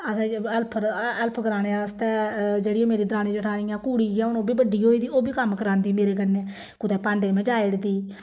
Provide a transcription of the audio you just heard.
ते असें जी हेल्पर हेल्प कराने आस्तै जेह्ड़ी मेरी दरानी जठानी ऐ कुड़ी ऐ हुन ओहब्बी बड्डी होई दी ओब्बी कम्म करांदी मेरे कन्नै कुतै भांडे मंजाई उड़दी